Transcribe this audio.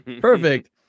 Perfect